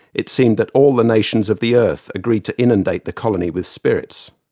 it seemed that all the nations of the earth agreed to inundate the colony with spirits.